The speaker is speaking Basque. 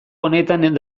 honetan